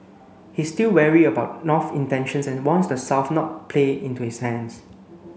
he still wary about North's intentions and warns the South not play into its hands